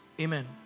Amen